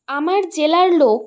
আমার জেলার লোক